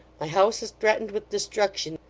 my house is threatened with destruction.